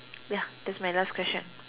ya that's my last question